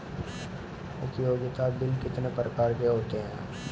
उपयोगिता बिल कितने प्रकार के होते हैं?